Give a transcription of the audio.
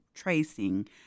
Tracing